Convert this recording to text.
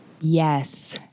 Yes